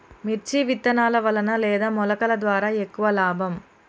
మిర్చి విత్తనాల వలన లేదా మొలకల ద్వారా ఎక్కువ లాభం?